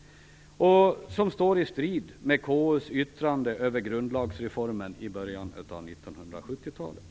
- och som står i strid med KU:s yttrande över grundlagsreformen i början av 1970-talet.